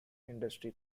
industry